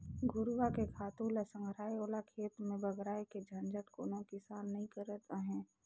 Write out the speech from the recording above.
घुरूवा के खातू ल संघराय ओला खेत में बगराय के झंझट कोनो किसान नइ करत अंहे